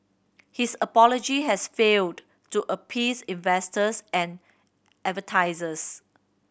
his apology has failed to appease investors and advertisers